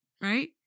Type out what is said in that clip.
right